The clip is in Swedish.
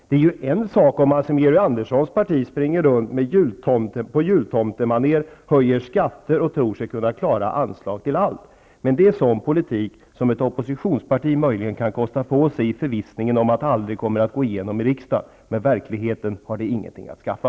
Det är ju en sak om man som Georg Anderssons parti på jultomtemaner springer runt, höjer skatter och tror sig kunna klara anslag till allt. Det är en sådan politik som ett oppositionsparti möjligen kan kosta på sig i förvissningen om att förslagen aldrig kan gå igenom i riksdagen. Med verkligheten har det ingenting att skaffa.